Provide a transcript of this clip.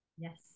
Yes